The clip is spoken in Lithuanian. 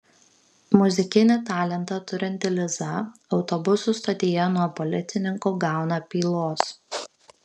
muzikinį talentą turinti liza autobusų stotyje nuo policininkų gauna pylos